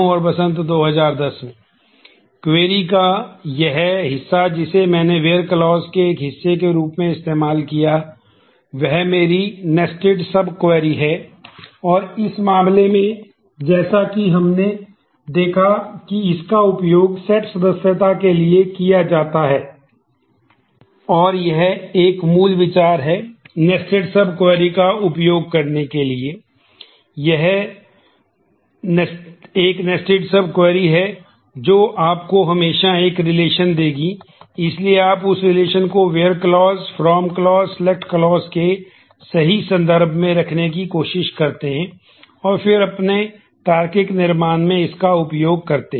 और इस मामले में जैसा कि हमने देखा है कि इसका उपयोग सेट सदस्यता के लिए किया जाता है और यह एक मूल विचार है नेस्टेड सब क्वेरी के सही संदर्भ में रखने की कोशिश करते हैं और फिर अपने तार्किक निर्माण में इसका उपयोग करते हैं